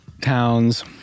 towns